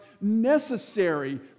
necessary